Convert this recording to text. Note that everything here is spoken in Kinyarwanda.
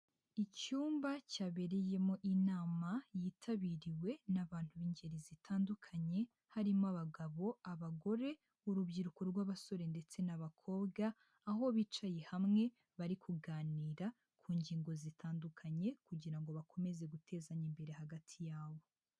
Icyumba cyabereyemo inama yitabiriwe n'abantu b'ingeri zitandukanye harimo abagabo, abagore, urubyiruko rw'abasore ndetse n'abakobwa, aho bicaye hamwe bari kuganira ku ngingo zitandukanye kugira ngo bakomeze gutezanya imbere hagati yabo.